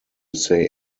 say